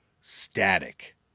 Static